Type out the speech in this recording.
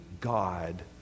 God